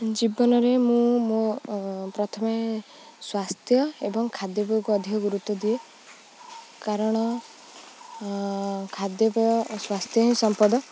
ଜୀବନରେ ମୁଁ ମୋ ପ୍ରଥମେ ସ୍ୱାସ୍ଥ୍ୟ ଏବଂ ଖାଦ୍ୟପେୟକୁ ଅଧିକ ଗୁରୁତ୍ୱ ଦିଏ କାରଣ ଖାଦ୍ୟପେୟ ସ୍ୱାସ୍ଥ୍ୟ ହିଁ ସମ୍ପଦ